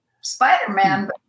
Spider-Man